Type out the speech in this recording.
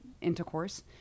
intercourse